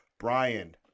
Brian